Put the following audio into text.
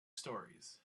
stories